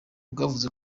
bwavuze